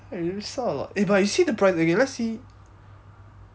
eh you saw or not eh but you see the price okay let's see